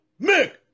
Mick